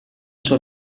sua